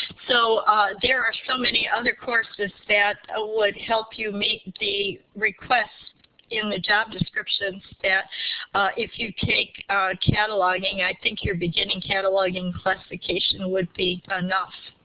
so there are so many other courses that ah would help you make the request in the job description that if you take a cataloging, i think your beginning cataloging classification would be enough.